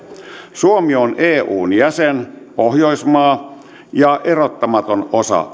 suomi on eun jäsen pohjoismaa ja erottamaton osa